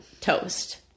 toast